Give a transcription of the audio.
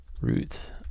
roots